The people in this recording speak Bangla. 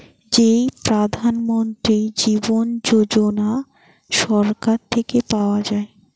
যেই প্রধান মন্ত্রী জীবন যোজনা সরকার থেকে পাওয়া যায়